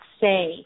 say